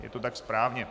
Je to tak správně.